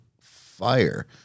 fire